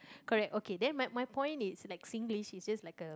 correct ok then my my point is like Singlish is just like a